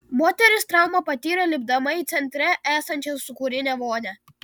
moteris traumą patyrė lipdama į centre esančią sūkurinę vonią